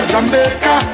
Jamaica